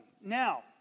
Now